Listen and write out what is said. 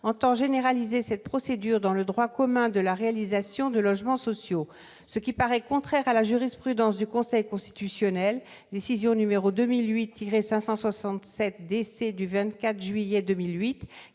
tend à inscrire cette procédure dans le droit commun de la réalisation de logements sociaux, ce qui paraît contraire à la jurisprudence du Conseil constitutionnel, dont la décision n° 2008-567 DC du 24 juillet 2008